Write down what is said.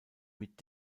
mit